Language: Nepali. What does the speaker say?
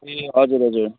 ए हजुर हजुर